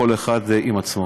כל אחד עם עצמו.